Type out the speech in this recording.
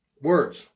words